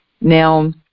now